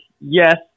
yes